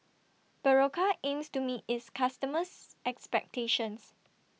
Berocca aims to meet its customers' expectations